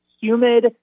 humid